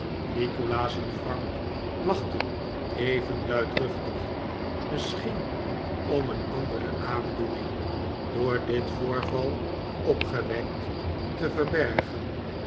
nikolaas en frank lachten even luidruchtig misschien om een andere aandoening door dit voorval opgewekt te verbergen